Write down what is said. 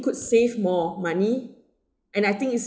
could save more money and I think it's